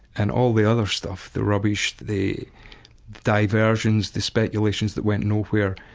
and all the other stuff, the rubbish the diversions, the speculations that went nowhere,